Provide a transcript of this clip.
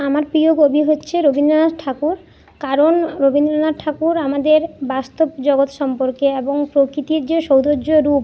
আমার প্রিয় কবি হচ্ছে রবীন্দনাথ ঠাকুর কারণ রবীন্দ্রনাথ ঠাকুর আমাদের বাস্তব জগৎ সম্পর্কে এবং প্রকৃতির যে সৌন্দর্য রূপ